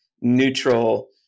neutral